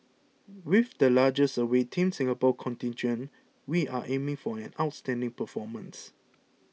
with the largest away Team Singapore contingent we are aiming for an outstanding performance